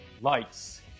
Lights